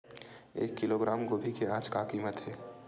एक किलोग्राम गोभी के आज का कीमत हे?